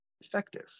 effective